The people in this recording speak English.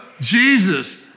Jesus